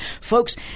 Folks